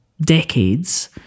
decades